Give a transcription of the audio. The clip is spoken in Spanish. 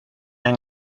han